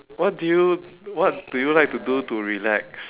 what do you what do you like to do to relax